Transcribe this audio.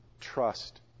trust